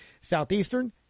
Southeastern